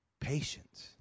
patience